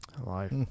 Life